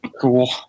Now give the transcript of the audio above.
Cool